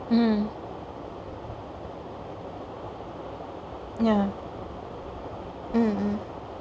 mm ya mm mm